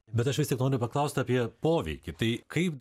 bet aš vis tik noriu paklaust apie poveikį tai kaip